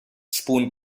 spoon